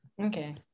Okay